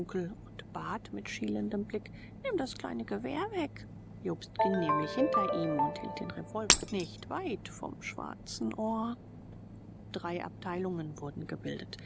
und bat mit schielendem blick nimm das kleine gewehr weg jobst ging nämlich hinter ihm und hielt den revolver nicht weit vom schwarzen ohr drei abteilungen wurden gebildet